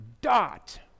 dot